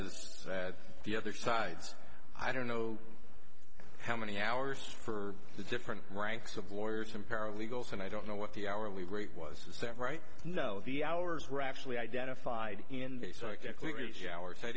as the other sides i don't know how many hours for the different ranks of lawyers and paralegals and i don't know what the hourly rate was is that right know the hours were actually identified